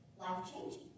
life-changing